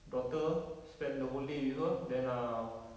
daughter spend the whole day with her then ah